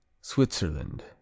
Switzerland